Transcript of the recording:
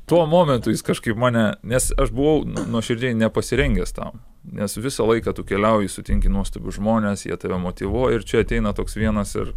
tuo momentu jis kažkaip mane nes aš buvau nuoširdžiai nepasirengęs tam nes visą laiką tu keliauji sutinki nuostabius žmones jie tave motyvuoja ir čia ateina toks vienas ir